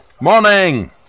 morning